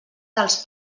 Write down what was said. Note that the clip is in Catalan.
dels